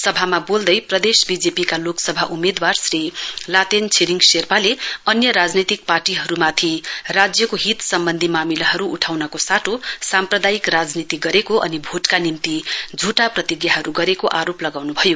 सभामा बोल्दै प्रदेश बीजेपीका लोकसभा उम्मेदवार श्री लातेन छिरिङ शेर्पाले अन्य राजनैतिक पार्टीहरूमाथि राज्यको हितसम्बन्धी मामिलाहरू उठाउनको साटो साम्प्रादायिक राजनीति गरेको अनि भोटका निम्ति झुटा प्रतिज्ञाहरू गरेको आरोप लगाउन् भयो